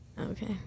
okay